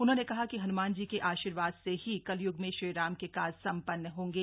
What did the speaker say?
उन्होंने कहा कि हन्मानजी के आर्शीवाद से ही कलय्ग में श्रीराम के काज सम्पन्न होंगे